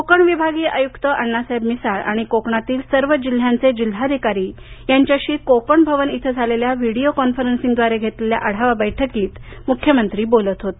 कोकण विभागीय आयुक्त अण्णासाहेब मिसाळ आणि कोकणातील सर्व जिल्ह्यांचे जिल्हाधिकारी यांच्याशी कोकण भवन इथं झालेल्या व्हिडीओ कॉन्फरन्सिंगव्दारे घेतलेल्या आढावा बैठकीत मुख्यमंत्री बोलत होते